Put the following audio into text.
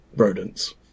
rodents